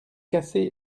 cassé